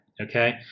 okay